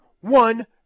one